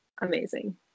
amazing